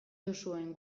duzuen